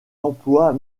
emplois